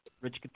Rich